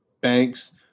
Banks